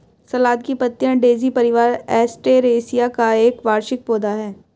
सलाद की पत्तियाँ डेज़ी परिवार, एस्टेरेसिया का एक वार्षिक पौधा है